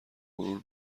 غرور